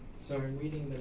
so i'm reading